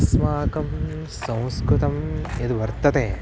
अस्माकं संस्कृतं यद् वर्तते